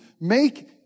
make